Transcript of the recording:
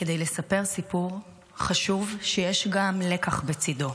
כדי לספר סיפור חשוב שיש גם לקח בצידו.